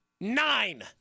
Nine